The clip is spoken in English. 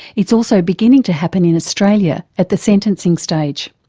it's also beginning to happen in australia, at the sentencing stage.